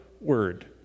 word